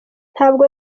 ntabwo